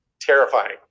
terrifying